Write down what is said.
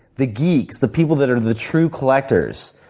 the geeks, the people that are the true collectors,